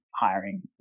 hiring